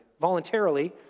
Voluntarily